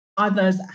others